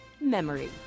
Memory